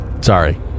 Sorry